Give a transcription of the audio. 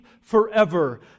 forever